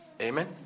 Amen